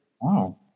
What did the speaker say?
wow